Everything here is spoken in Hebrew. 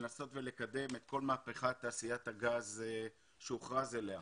במטרה לנסות ולקדם את כל מהפכת תעשיית הגז שהוכרז עליה.